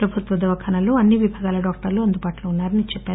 ప్రభుత్వ దవాఖానాల్లో అన్సి విభాగాల డాక్టర్లు అందుబాటులో ఉన్నా రని చెప్పారు